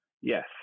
Yes